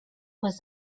was